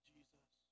Jesus